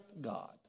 God